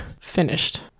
finished